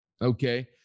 Okay